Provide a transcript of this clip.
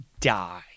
die